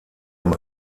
beim